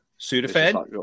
Sudafed